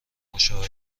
مشاوره